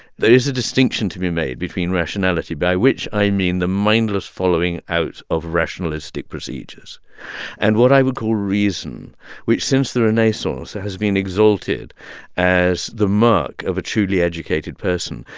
there is a distinction to be made between rationality by which i mean the mindless following out of rationalistic procedures and what i would call reason which, since the renaissance, has been exalted as the mark of a truly educated person,